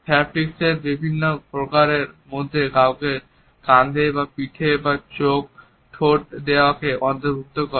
হ্যাপটিক্সের বিভিন্ন প্রকারের মধ্যে কাউকে কাঁধে বা পিঠে ঠোঁট দেওয়াকে অন্তর্ভুক্ত করে